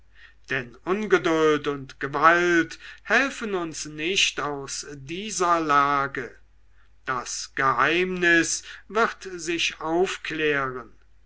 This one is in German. denn ungeduld und gewalt helfen uns nicht aus dieser lage das geheimnis wird sich aufklären